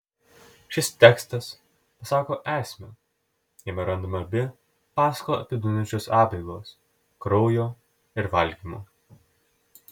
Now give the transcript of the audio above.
šis tekstas pasako esmę jame randama abi paschą apibūdinančios apeigos kraujo ir valgymo